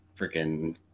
freaking